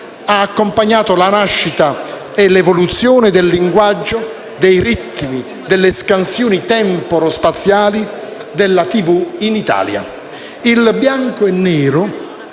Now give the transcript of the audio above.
Ha accompagnato la nascita e l'evoluzione del linguaggio, dei ritmi, delle scansioni temporo-spaziali della TV in Italia; il bianco e il nero